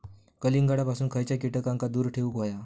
कलिंगडापासून खयच्या कीटकांका दूर ठेवूक व्हया?